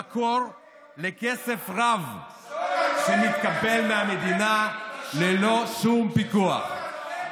המקור לכסף רב שמתקבל מהמדינה ללא שום פיקוח.